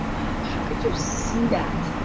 wow, how could you see that,